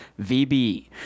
VB